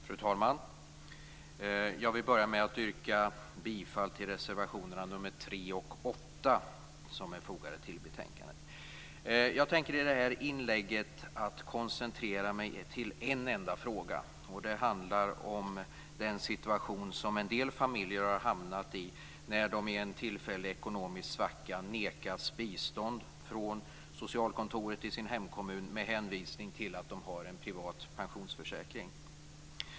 Fru talman! Jag vill börja med att yrka bifall till reservationerna 3 och 8 som är fogade till betänkandet. Jag tänker i mitt inlägg koncentrera mig till en enda fråga. Det handlar om den situation som en del familjer har hamnat i när de i en tillfällig ekonomisk svacka nekas bistånd från socialkontoret i hemkommunen med hänvisning till att de har en privat pensionsförsäkring.